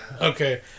Okay